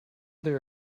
there